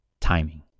timing